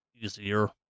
easier